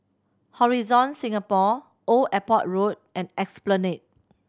Horizon Singapore Old Airport Road and Esplanade